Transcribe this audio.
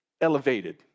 elevated